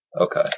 Okay